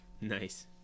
Nice